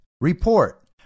report